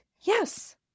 Yes